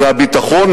זה הביטחון,